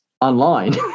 online